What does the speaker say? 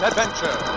Adventure